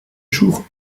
jour